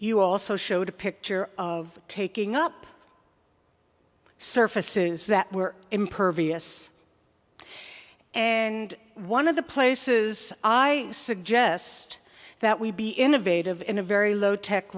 you also showed a picture of taking up surfaces that were impervious and one of the places i suggest that we be innovative in a very low tech